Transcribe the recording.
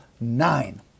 nine